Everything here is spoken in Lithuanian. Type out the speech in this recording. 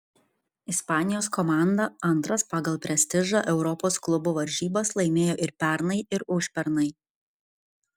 ispanijos komanda antras pagal prestižą europos klubų varžybas laimėjo ir pernai ir užpernai